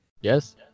Yes